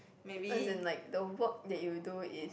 as in like the work that you do is